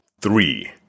three